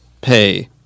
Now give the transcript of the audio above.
pay